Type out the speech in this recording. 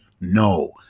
No